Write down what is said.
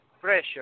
pressure